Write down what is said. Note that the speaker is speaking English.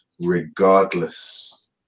regardless